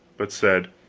but said